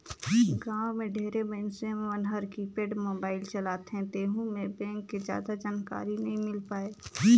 गांव मे ढेरे मइनसे मन हर कीपेड मोबाईल चलाथे तेहू मे बेंक के जादा जानकारी नइ मिल पाये